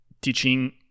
teaching